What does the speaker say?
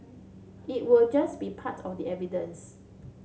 it will just be part of the evidence